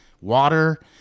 water